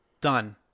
done